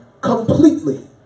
completely